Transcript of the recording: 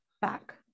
back